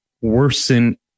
Worsen